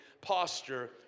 Posture